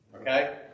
Okay